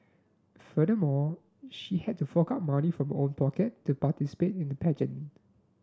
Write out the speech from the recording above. furthermore she had to fork out money from own pocket to participate in the pageant